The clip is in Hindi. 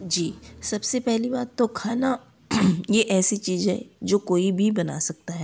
जी सबसे पहली बात तो खाना यह ऐसी चीज़ है जो कोई भी बना सकता है